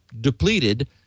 depleted